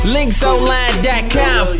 Linksonline.com